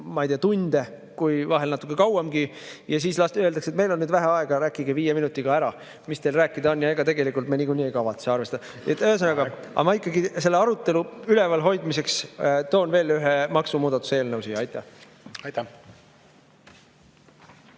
ma ei tea, tunde, vahel natuke kauemgi. Ja siis öeldakse, et meil on vähe aega, rääkige viie minutiga ära, mis teil rääkida on, ja ega tegelikult me niikuinii ei kavatse arvestada. Ühesõnaga, ma ikkagi selle arutelu üleval hoidmiseks toon veel ühe maksumuudatuse eelnõu siia. Aitäh!